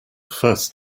first